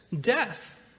death